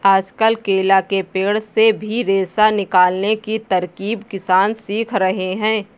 आजकल केला के पेड़ से भी रेशा निकालने की तरकीब किसान सीख रहे हैं